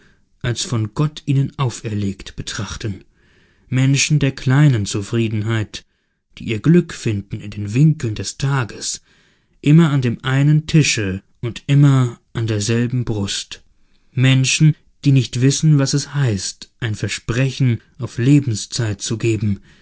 kommen als von gott ihnen auferlegt betrachten menschen der kleinen zufriedenheit die ihr glück finden in den winkeln des tages immer an dem einen tische und immer an derselben brust menschen die nicht wissen was es heißt ein versprechen auf lebenszeit zu geben